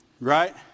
Right